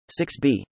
6b